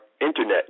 internet